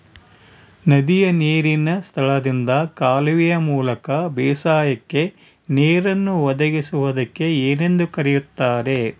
ನದಿಯ ನೇರಿನ ಸ್ಥಳದಿಂದ ಕಾಲುವೆಯ ಮೂಲಕ ಬೇಸಾಯಕ್ಕೆ ನೇರನ್ನು ಒದಗಿಸುವುದಕ್ಕೆ ಏನೆಂದು ಕರೆಯುತ್ತಾರೆ?